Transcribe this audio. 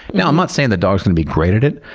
now i'm not saying the dog's gonna be great at it.